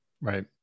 Right